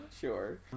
sure